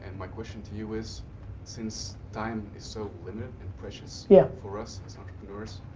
my question to you is since time is so limited and precious yeah for us as entrepreneurs,